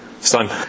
son